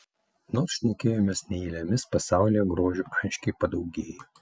nors šnekėjomės ne eilėmis pasaulyje grožio aiškiai padaugėjo